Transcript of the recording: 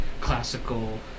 classical